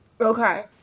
Okay